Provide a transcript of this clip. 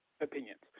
opinions